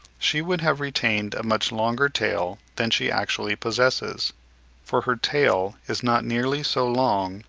she would have retained a much longer tail than she actually possesses for her tail is not nearly so long,